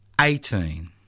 eighteen